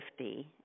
50